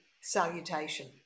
salutation